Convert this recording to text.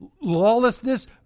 lawlessness